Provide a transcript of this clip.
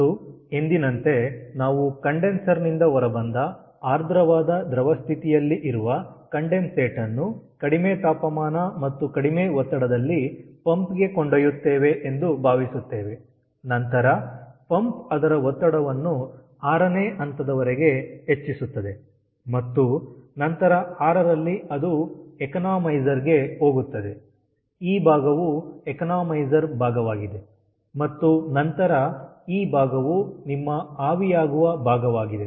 ಮತ್ತು ಎಂದಿನಂತೆ ನಾವು ಕಂಡೆನ್ಸರ್ ನಿಂದ ಹೊರಬಂದ ಆರ್ದ್ರವಾದ ದ್ರವ ಸ್ಥಿತಿಯಲ್ಲಿ ಇರುವ ಕಂಡೆನ್ಸೇಟ್ ಅನ್ನು ಕಡಿಮೆ ತಾಪಮಾನ ಮತ್ತು ಕಡಿಮೆ ಒತ್ತಡದಲ್ಲಿ ಪಂಪ್ ಗೆ ಕೊಂಡೊಯ್ಯುತ್ತೇವೆ ಎಂದು ಭಾವಿಸುತ್ತೇವೆ ನಂತರ ಪಂಪ್ ಅದರ ಒತ್ತಡವನ್ನು 6ನೇ ಹಂತದವರೆಗೆ ಹೆಚ್ಚಿಸುತ್ತದೆ ಮತ್ತು ನಂತರ 6ರಲ್ಲಿ ಅದು ಎಕನಾಮೈಸರ್ ಗೆ ಹೋಗುತ್ತದೆ ಈ ಭಾಗವು ಎಕನಾಮೈಸರ್ ಭಾಗವಾಗಿದೆ ಮತ್ತು ನಂತರ ಈ ಭಾಗವು ನಿಮ್ಮ ಆವಿಯಾಗುವ ಭಾಗವಾಗಿದೆ